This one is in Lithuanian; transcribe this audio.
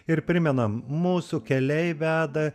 ir primenam mūsų keliai veda